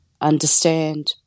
understand